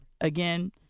again